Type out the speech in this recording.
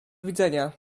widzenia